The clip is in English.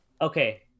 Okay